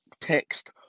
text